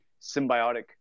symbiotic